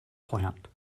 plant